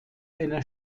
einer